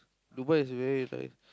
Dubai is very like